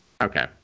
Okay